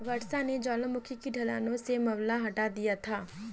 वर्षा ने ज्वालामुखी की ढलानों से मलबा हटा दिया था